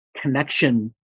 connection